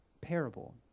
parable